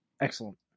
excellent